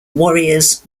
warriors